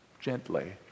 gently